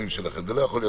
לא הספקנו להציגו.